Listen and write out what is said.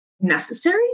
necessary